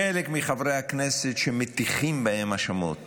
כאן, חלק מחברי הכנסת שמטיחים בהם האשמות